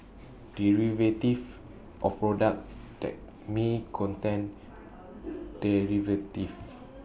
derivatives or products that may contain derivatives